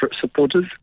supporters